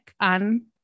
on